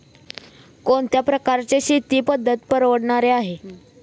कोणत्या प्रकारची शेती पद्धत परवडणारी आहे?